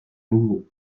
nouveau